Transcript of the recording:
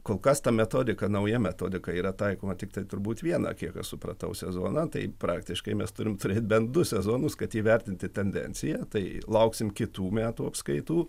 kol kas ta metodika nauja metodika yra taikoma tiktai turbūt vieną kiek aš supratau sezoną tai praktiškai mes turim turėti bent du sezonus kad įvertinti tendenciją tai lauksim kitų metų apskaitų